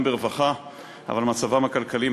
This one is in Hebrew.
ילדים זה חיים,